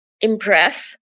impress